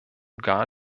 gar